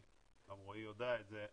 גם רועי יודע את זה,